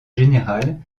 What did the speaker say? général